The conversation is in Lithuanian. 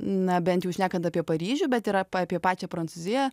na bent jų šnekant apie paryžių bet ir apie pačią prancūziją